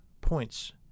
points